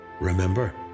Remember